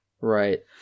right